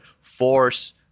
force